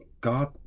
God